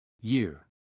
Year